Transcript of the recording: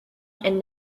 and